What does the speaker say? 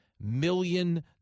million